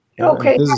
Okay